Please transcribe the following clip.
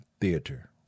theater